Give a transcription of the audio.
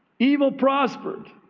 evil prospered.